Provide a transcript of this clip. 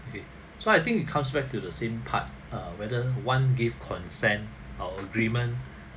okay so I think it comes back to the same part err whether one give consent or agreement